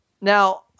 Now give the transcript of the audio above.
Now